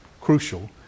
crucial